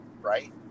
right